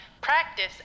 practice